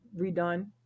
redone